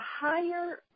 higher –